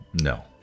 No